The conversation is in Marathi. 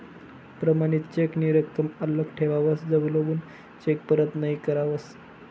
प्रमाणित चेक नी रकम आल्लक ठेवावस जवलगून चेक परत नहीं करावस